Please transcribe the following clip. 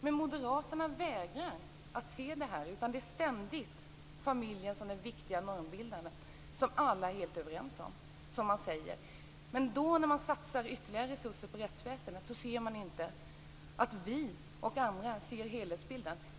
Men moderaterna vägrar se det här, utan man säger bara ständigt att det är familjen som är den viktiga normbildaren, vilket alla är helt överens om. Men när man då satsar ytterligare resurser på rättsväsendet ser man inte att vi och andra ser helhetsbilden.